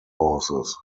horses